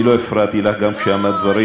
אוהו, אני לא הפרעתי גם כשאמרת דברים.